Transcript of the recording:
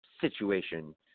situation